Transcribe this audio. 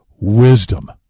wisdom